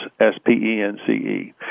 S-P-E-N-C-E